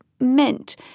meant